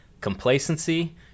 complacency